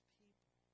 people